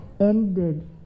ended